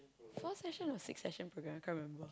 four session or six session program I can't remember